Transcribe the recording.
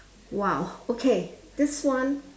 !wow! okay this one